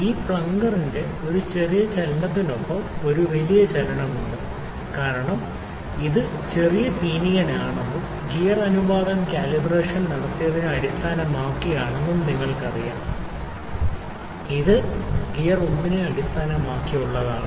ഈ പ്ലംഗറിന്റെ ഒരു ചെറിയ ചലനത്തിനൊപ്പം ഒരു വലിയ ചലനമുണ്ട് കാരണം ഇത് ചെറിയ പിനിയനാണെന്നും ഗിയർ അനുപാതം കാലിബ്രേഷൻ നടത്തിയതിനെ അടിസ്ഥാനമാക്കിയാണെന്നും നിങ്ങൾക്കറിയാം ഇത് ഗിയർ 1 നെ അടിസ്ഥാനമാക്കിയുള്ളതാണ്